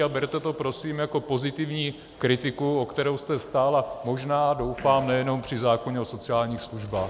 A berte to prosím jako pozitivní kritiku, o kterou jste stála možná, doufám, nejenom při zákoně o sociálních službách.